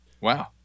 Wow